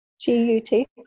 G-U-T